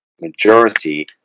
majority